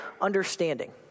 understanding